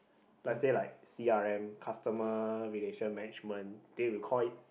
let say like c_r_m customer relation management they will call it